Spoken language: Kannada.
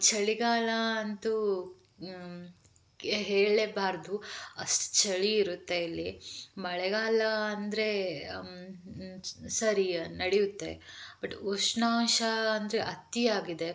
ಚಳಿಗಾಲ ಅಂತೂ ಹೇಳಲೇಬಾರ್ದು ಅಷ್ಟು ಚಳಿ ಇರುತ್ತೆ ಇಲ್ಲಿ ಮಳೆಗಾಲ ಅಂದರೆ ಸರಿ ನಡೆಯುತ್ತೆ ಬಟ್ ಉಷ್ಣಾಂಶ ಅಂದರೆ ಅತೀಯಾಗಿದೆ